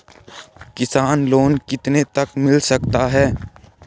किसान लोंन कितने तक मिल सकता है?